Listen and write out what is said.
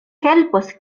helpos